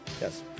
Yes